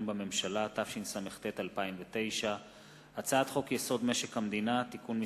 בממשלה); הצעת חוק-יסוד: משק המדינה (תיקון מס'